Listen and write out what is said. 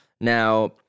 Now